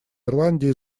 ирландии